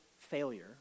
failure